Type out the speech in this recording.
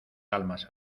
almas